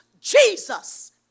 Jesus